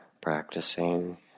practicing